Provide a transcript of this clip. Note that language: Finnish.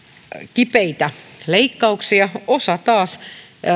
kipeitä leikkauksia osa taas